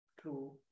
true